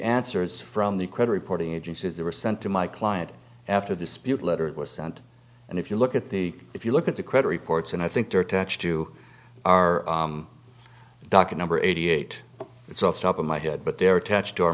answers from the credit reporting agencies they were sent to my client after the speed letter was sent and if you look at the if you look at the credit reports and i think they're attached to our docket number eighty eight it's off top of my head but they're attached to our